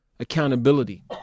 Accountability